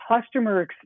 Customer